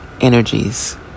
energies